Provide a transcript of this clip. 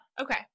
Okay